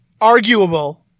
arguable